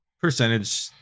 percentage